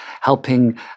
helping